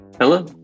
Hello